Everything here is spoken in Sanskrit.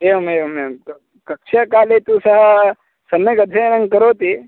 एवमेवमेवं तु कक्ष्याकाले तु सः सम्यक् अध्ययनं करोति